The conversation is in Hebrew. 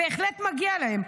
בהחלט מגיע להם.